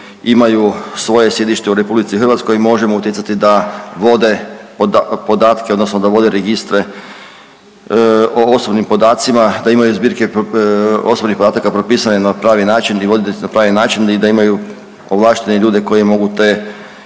imaju svoje sjedište u RH možemo utjecati da vode podatke odnosno da vode registre o osobnim podacima, da imaju zbirke osobnih podataka propisane na pravi način … na pravi način i da imaju ovlaštene ljude koji mogu te